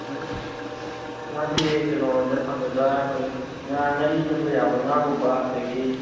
ꯉꯥꯁꯦ ꯀꯩꯅꯣꯗ ꯐꯪꯒꯗ꯭ꯔꯥ ꯑꯩꯈꯣꯏ ꯉꯥ ꯉꯥꯔꯤ ꯁꯦꯝꯕ ꯌꯥꯕ ꯉꯥꯒꯨꯝꯕ ꯑꯗꯒꯤ